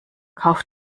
kauf